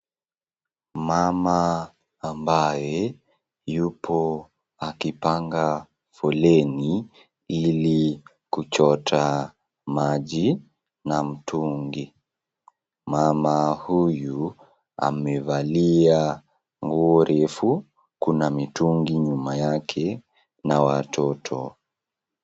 Mama ambaye yupo akipanga foleni ili kuchota maji na mtungi. Mama huyu amevalia nguo refu, kuna mitungi nyuma yake na watoto.